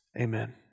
Amen